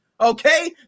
Okay